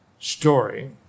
story